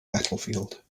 battlefield